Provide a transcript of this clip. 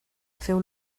feu